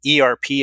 ERP